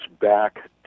back